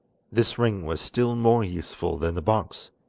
this ring was still more useful than the box,